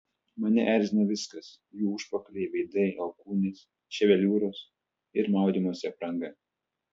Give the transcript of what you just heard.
mane erzino viskas jų užpakaliai veidai alkūnės ševeliūros ir maudymosi apranga